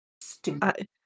Stupid